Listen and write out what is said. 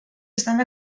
estan